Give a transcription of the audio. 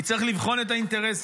כי צריך לבחון את האינטרסים.